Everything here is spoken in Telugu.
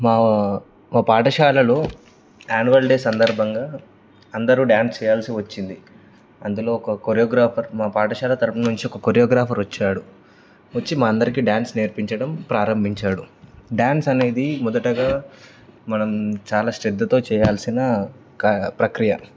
మా మా పాఠశాలలో ఆన్యువల్ డే సందర్భంగా అందరూ డ్యాన్స్ చేయాల్సి వచ్చింది అందులో ఒక కొరియోగ్రాఫర్ మా పాఠశాల తరపు నుంచి ఒక కొరియోగ్రాఫర్ వచ్చాడు వచ్చి మా అందరికీ డ్యాన్స్ నేర్పించడం ప్రారంభించాడు డ్యాన్స్ అనేది మొదటగా మనం చాలా శ్రద్ధతో చేయాల్సిన ప్రక్రియ